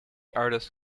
artist